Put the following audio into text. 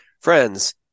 Friends